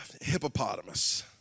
Hippopotamus